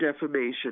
defamation